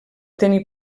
tenir